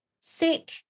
sick